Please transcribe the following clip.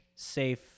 Safe